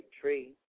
tree